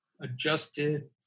Adjusted